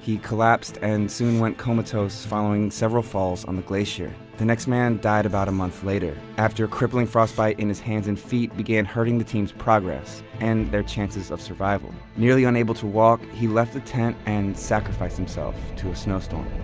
he collapsed and soon went comatose following several falls on the glacier. the next man died about a month later, after crippling frostbite in his hands and feet began hurting the team's progress and their chances of survival. nearly unable to walk, he left the tent and sacrificed himself to a snowstorm.